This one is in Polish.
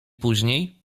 później